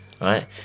Right